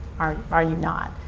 are are you not?